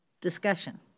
Discussion